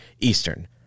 Eastern